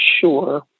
sure